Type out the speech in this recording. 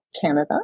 Canada